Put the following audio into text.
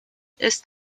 ist